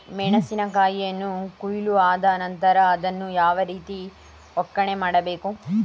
ಮೆಣಸಿನ ಕಾಯಿಯನ್ನು ಕೊಯ್ಲು ಆದ ನಂತರ ಅದನ್ನು ಯಾವ ರೀತಿ ಒಕ್ಕಣೆ ಮಾಡಬೇಕು?